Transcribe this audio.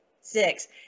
six